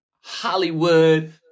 Hollywood